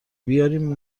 بیارین